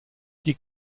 die